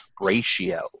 ratio